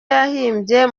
yahimbye